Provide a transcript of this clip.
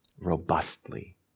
robustly